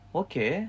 okay